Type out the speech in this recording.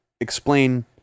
explain